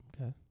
okay